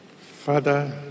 Father